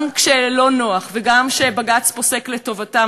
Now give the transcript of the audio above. גם כשלא נוח וגם כשבג"ץ פוסק לטובתם,